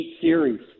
series